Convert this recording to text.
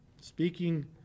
speaking